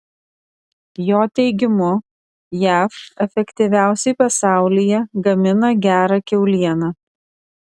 jo teigimu jav efektyviausiai pasaulyje gamina gerą kiaulieną